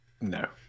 No